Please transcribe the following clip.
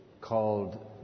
called